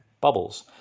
bubbles